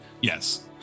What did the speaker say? Yes